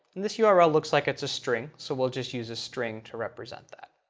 and this yeah url looks like it's a string, so we'll just use a string to represent that.